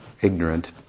ignorant